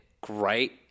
great